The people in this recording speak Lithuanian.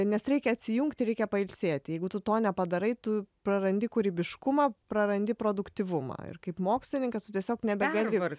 nes reikia atsijungti ir reikia pailsėti jeigu tu to nepadarai tu prarandi kūrybiškumą prarandi produktyvumą ir kaip mokslininkas tu tiesiog nebegali